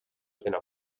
tenen